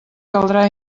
caldrà